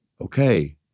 okay